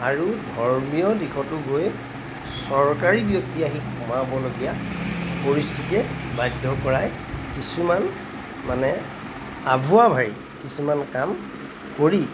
আৰু ধৰ্মীয় দিশতো গৈ চৰকাৰী ব্যক্তি আহি সোমাবলগীয়া পৰিস্থিতিয়ে বাধ্য কৰাই কিছুমান মানে আভুৱা ভাৰি কিছুমান কাম কৰি